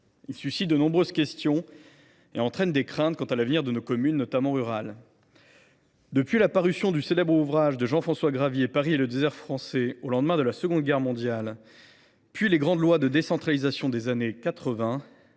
Il suscite de nombreuses questions et des craintes quant à l’avenir de nos communes, notamment rurales. Depuis la parution du célèbre ouvrage de Jean François Gravier,, au lendemain de la Seconde Guerre mondiale, et le vote des grandes lois de décentralisation des années 1980,